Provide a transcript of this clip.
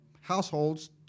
households